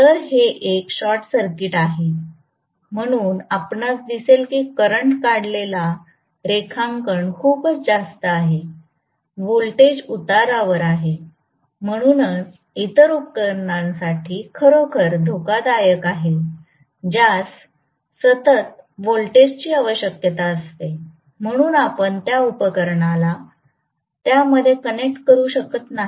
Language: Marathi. तर हे एक शॉर्ट सर्किट आहे म्हणून आपणास दिसेल की करंट काढलेला रेखांकन खूपच जास्त आहे व्होल्टेज उतारावर आहे म्हणूनच इतर उपकरणांसाठी खरोखर धोकादायक आहे ज्यास सतत व्होल्टेजची आवश्यकता असते म्हणून आपण त्या उपकरणाला त्यामध्ये कनेक्ट करू शकत नाही